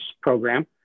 program